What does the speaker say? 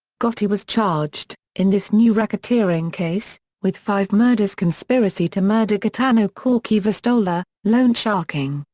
gotti was charged, in this new racketeering case, with five murders conspiracy to murder gaetano corky vastola, loansharking,